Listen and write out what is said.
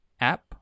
app